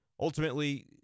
Ultimately